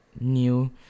new